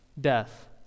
death